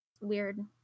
weird